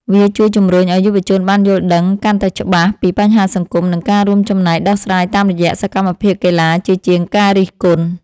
វាជួយជម្រុញឱ្យយុវជនបានយល់ដឹងកាន់តែច្បាស់ពីបញ្ហាសង្គម និងការរួមចំណែកដោះស្រាយតាមរយៈសកម្មភាពកីឡាជាជាងការរិះគន់។